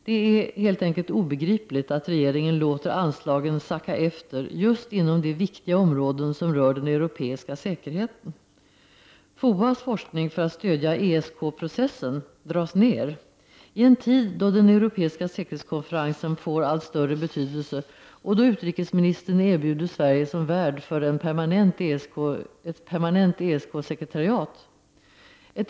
Det är obegripligt att regeringen låter anslagen sacka efter just inom de viktiga områden som rör den europeiska säkerheten! FOAS forskning för att stödja ESK-processen dras ned, i en tid då den europeiska säkerhetskonferensen får allt större betydelse och då utrikesministern erbjuder Sverige som värd för ett permanent ESK-sekretariat!